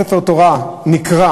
ספר תורה נקרע